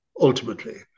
ultimately